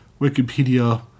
Wikipedia